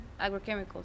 agrochemicals